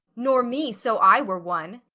nor me, so i were one.